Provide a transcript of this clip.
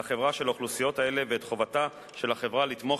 האוכלוסיות האלה לחברה ואת חובתה של החברה לתמוך